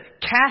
cast